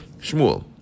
Shmuel